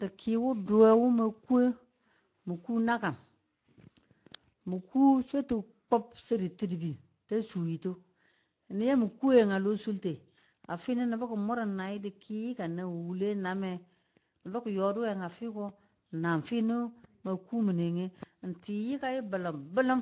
di̱ ki wu duwe wu ma kuwe, mu ku nakam. mu ku swatu kub swatutu a su muntu yinu ya mu kuwe a lo sulte a fi nubu ki̱ mur namu di̱ ki ka wulle name nubu ki̱ yondu a fiko nan fi nu ma kumiye ne. ng ti yikaiyu balam balam